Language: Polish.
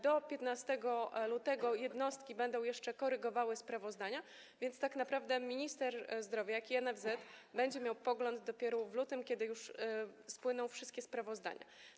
Do 15 lutego jednostki będą jeszcze korygowały sprawozdania, więc tak naprawdę minister zdrowia, jak i NFZ, będzie miał pogląd dopiero w lutym, kiedy już spłyną wszystkie sprawozdania.